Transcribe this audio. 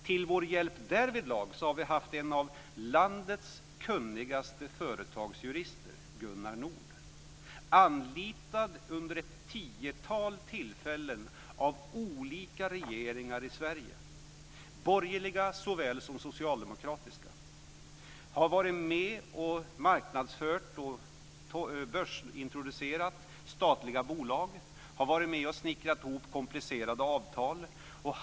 Till vår hjälp därvidlag har vi haft en av landets kunnigaste företagsjurister, Gunnar Nord, anlitad vid ett tiotal tillfällen av olika regeringar i Sverige, borgerliga såväl som socialdemokratiska. Han har varit med och marknadsfört och börsintroducerat statliga bolag. Han har varit med och snickrat ihop komplicerade avtal.